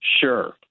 Sure